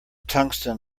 tungsten